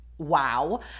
wow